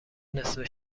نصفه